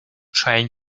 trying